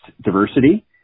diversity